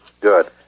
Good